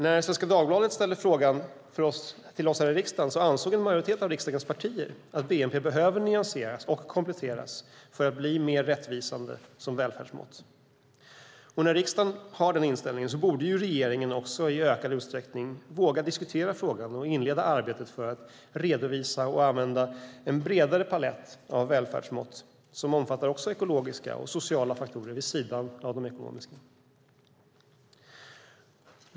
När Svenska Dagbladet ställde frågan till oss här i riksdagen ansåg en majoritet av riksdagens partier att bnp behöver nyanseras och kompletteras för att bli mer rättvisande som välfärdsmått. När riksdagen har den inställningen borde regeringen i ökad utsträckning våga diskutera frågan och inleda arbetet för att redovisa och använda en bredare palett av välfärdsmått som omfattar också ekologiska och sociala faktorer vid sidan av de ekonomiska.